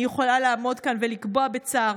אני יכולה לעמוד כאן ולקבוע בצער: